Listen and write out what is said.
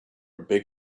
big